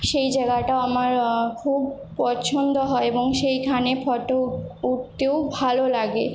সেই জায়গাটাও আমার খুব পছন্দ হয় এবং সেইখানে ফটো উঠতেও ভালো লাগে